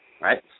right